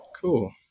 Cool